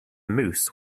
moose